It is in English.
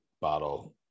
bottle